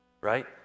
right